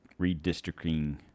redistricting